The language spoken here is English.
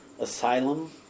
Asylum